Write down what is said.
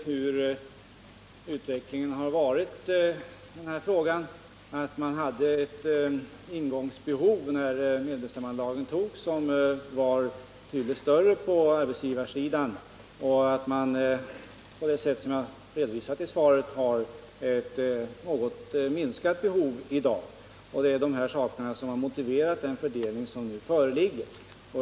Herr talman! Jag har i mitt svar redovisat utvecklingen i denna fråga, nämligen att man hade ett ingångsbehov när medbestämmandelagen antogs som var mycket större på arbetsgivarsidan och att man på det sätt som jag redovisat i svaret har ett något minskat behov i dag. Det är dessa förhållanden som har motiverat den fördelning som föreligger.